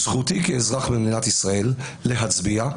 זכותי כאזרח במדינת ישראל להצביע,